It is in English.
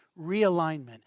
realignment